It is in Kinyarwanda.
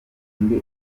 undi